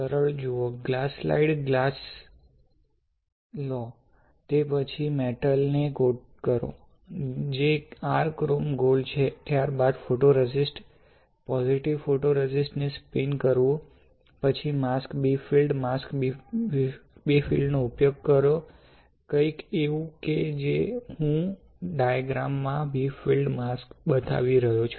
સરળ જુઓ glass slide glass લો તે પછી મેટલ ને કોટ કરો જે r ક્રોમ ગોલ્ડ છે ત્યારબાદ ફોટોરેઝિસ્ટ પોઝિટિવ ફોટોરેઝિસ્ટ ને સ્પિન કોટ કરવુ પછી માસ્ક b ફીલ્ડ માસ્ક નો ઉપયોગ કરો કંઈક એવું કે જે હું એક ડાયાગ્રામ મા b ફીલ્ડ માસ્ક બતાવી રહ્યો છું